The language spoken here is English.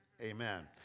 amen